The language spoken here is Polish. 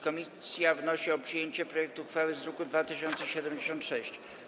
Komisja wnosi o przyjęcie projektu uchwały z druku nr 2076.